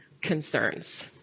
concerns